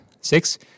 six